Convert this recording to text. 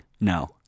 No